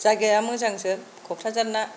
जायगाया मोजांजोब क'क्राझारना